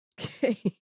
okay